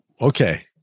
Okay